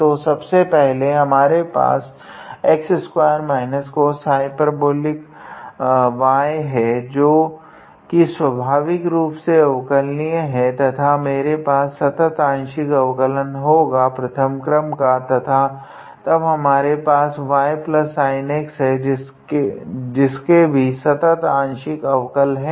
तो सब से पहले हमारे पास है जो की स्वाभाविकरूप से अव्कलानीय है तथा मेरे पास संतत् आंशिक अवकल होगा प्रथम क्रम का तथा तब हमारे पास ysinx है जिसके भी संतत् आंशिक अवकल है